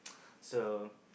so